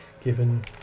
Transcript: given